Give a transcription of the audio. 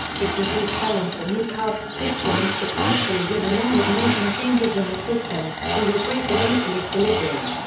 if we do challenge the new caste system and successfully win along with making changes in the system, we will break the racial equilibrium.